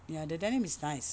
ya the denim is nice